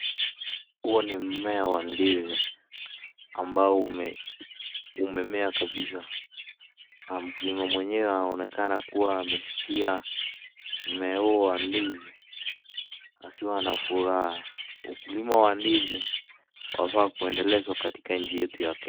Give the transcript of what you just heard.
Huo ni mmea wa ndizi ambao umemea kabisa na mkulima mwenyewe aonekana kuwa ameshikilia mmea huo wa ndizi akiwa na furaha. Ukulima wa ndizi wafaa kuendelezwa katika nchi yetu ya Kenya.